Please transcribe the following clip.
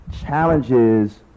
challenges